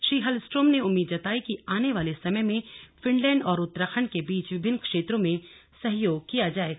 Shri Hallstrom ने उम्मीद जताई कि आने वाले समय में फिनलैंड और उत्तराखण्ड के बीच विभिन्न क्षेत्रों में सहयोग किया जाएगा